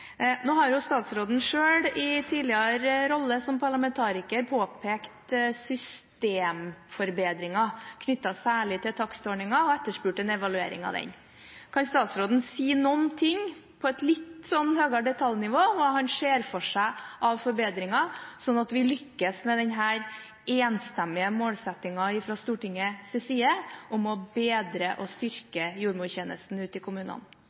Nå har jo statsråden selv, i tidligere rolle som parlamentariker, påpekt systemforbedringer knyttet særlig til takstordningen og etterspurt en evaluering av den. Kan statsråden si noe – på et litt høyere detaljnivå – om hva han ser for seg av forbedringer, slik at vi lykkes med denne enstemmige målsettingen fra Stortingets side om å bedre og styrke jordmortjenesten ute i kommunene.